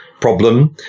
problem